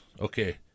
okay